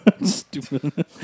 stupid